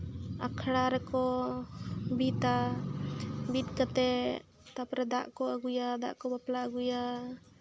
ᱟᱠᱷᱲᱟ ᱨᱮᱠᱚ ᱵᱤᱫᱟ ᱵᱤᱫ ᱠᱟᱛᱮᱫ ᱛᱟᱨᱯᱚᱨᱮ ᱫᱟᱜ ᱠᱚ ᱟᱹᱜᱩᱭᱟ ᱫᱟᱜ ᱠᱚ ᱵᱟᱯᱞᱟ ᱟᱹᱜᱩᱭᱟ